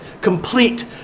complete